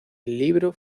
libro